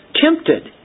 tempted